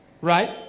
right